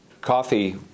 coffee